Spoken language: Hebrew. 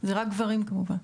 זה רק גברים כמובן.